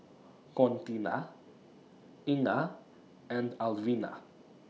Contina Inga and Alvina